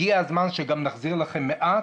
הגיע הזמן שנחזיר לכם מעט,